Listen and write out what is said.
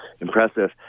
impressive